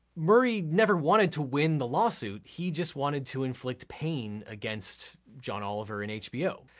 murray never wanted to win the lawsuit. he just wanted to inflict pain against john oliver and hbo.